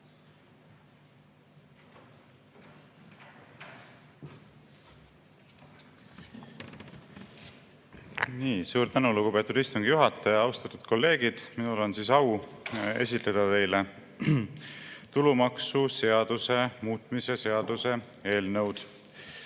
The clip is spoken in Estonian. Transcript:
Suur tänu, lugupeetud istungi juhataja! Austatud kolleegid! Minul on au esitleda teile tulumaksuseaduse muutmise seaduse eelnõu. Räägin